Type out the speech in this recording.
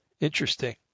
Interesting